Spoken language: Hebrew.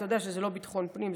אתה יודע שזה לא ביטחון הפנים,